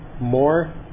more